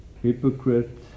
Hypocrite